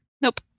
Nope